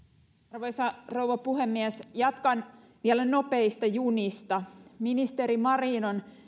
arvoisa rouva puhemies jatkan vielä nopeista junista ministeri marin on